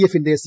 എഫിന്റെ സി